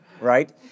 right